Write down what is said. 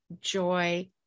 joy